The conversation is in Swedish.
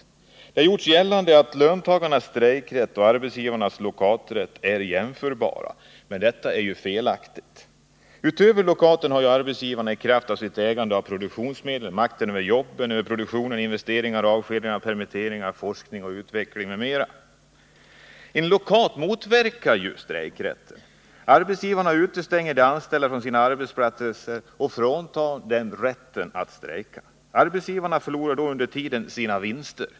Det har också gjorts gällande att löntagarnas strejkrätt och arbetsgivarnas lockouträtt är jämförbara, men detta är ju felaktigt. Utöver lockouten har arbetsgivarna, i kraft av sitt ägande av produktionsmedlen. makten över jobben liksom över produktionen, investeringar, avskedanden. permittering, forskning och utveckling m.m. En lockout motverkar ju strejkrätten. Arbetsgivarna utestänger de anställda från deras arbetsplatser och fråntar dem rätten att strejka. Arbetsgivarna förlorar då under en tid sina vinster.